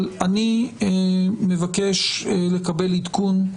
אבל אני מבקש לקבל עדכון,